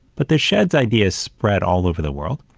but the sheds ideas spread all over the world.